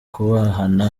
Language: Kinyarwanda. kubahana